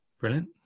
brilliant